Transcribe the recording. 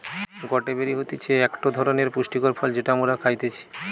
গটে বেরি হতিছে একটো ধরণের পুষ্টিকর ফল যেটা মোরা খাইতেছি